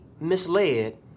misled